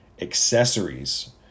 accessories